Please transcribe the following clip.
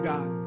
God